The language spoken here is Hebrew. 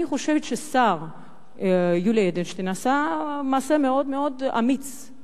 אני חושבת שהשר יולי אדלשטיין עשה מעשה מאוד מאוד אמיץ.